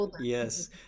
Yes